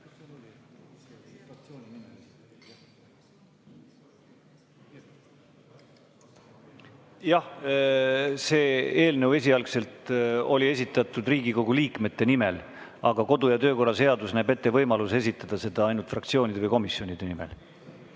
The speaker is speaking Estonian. Jah. See eelnõu oli esialgselt esitatud Riigikogu liikmete nimel, aga kodu- ja töökorra seadus näeb ette võimaluse esitada seda ainult fraktsiooni või komisjoni nimel.